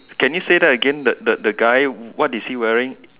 can you say that again the the the guy what what is he wearing